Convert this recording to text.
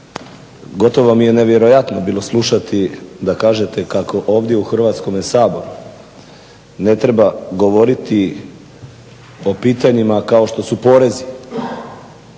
gotovo mi je nevjerojatno bilo slušati da kažete kako ovdje u Hrvatskom saboru ne treba govoriti o pitanjima kao što su porezi,